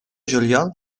juliol